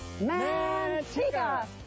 Manteca